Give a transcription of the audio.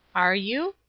are you?